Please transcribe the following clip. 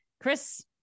Chris